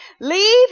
leave